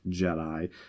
Jedi